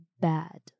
bad